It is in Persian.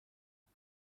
کنم